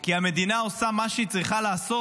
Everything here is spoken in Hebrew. כי המדינה עושה מה שהיא צריכה לעשות